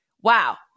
wow